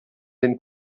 den